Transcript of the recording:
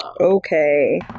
Okay